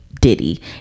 diddy